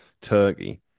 Turkey